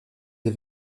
des